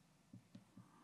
אם כן, בעד,